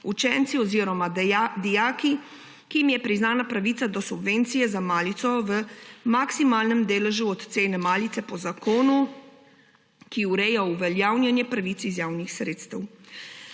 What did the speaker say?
učenci oziroma dijaki, ki jim je priznana pravica do subvencije za malico v maksimalnem deležu od cene malice po zakonu, ki ureja uveljavljanje pravic iz javnih sredstev.